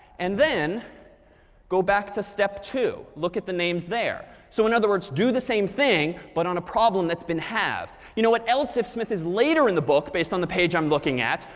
and then go back to step two. look at the names there. so in other words, do the same thing, but on a problem that's been halved. you know what else? if smith is later in the book based on the page i'm looking at,